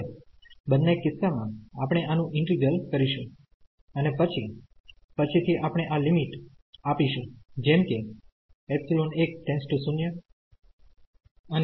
હવે બન્ને કિસ્સા માં આપણે આનું ઈન્ટિગ્રલકરીશું અને પછી પછી થી આપણે આ લિમિટ આપીશું જેમ કે ϵ1→0 ¿¿ અને આ ϵ2→0 ¿¿